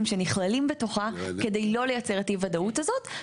שנכללים בתוכה כדי לא לייצר את אי הוודאות הזאת.